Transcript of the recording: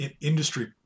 industry